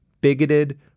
bigoted